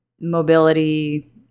mobility